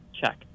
check